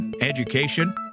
education